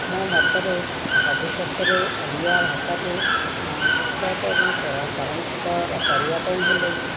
ମୋ ମତରେ ଭବିଷ୍ୟତରେ ଓଡ଼ିଆ ଭାଷାକୁ ପ୍ରୋତ୍ସାହିତ ଏବଂ ସଂରକ୍ଷିତ କରିବା ପାଇଁ ହେଲେ